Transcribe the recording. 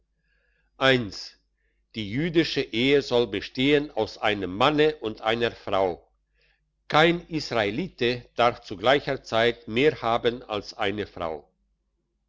die jüdische ehe soll bestehen aus einem manne und einer frau kein israelite darf zu gleicher zeit mehr haben als eine frau